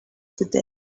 today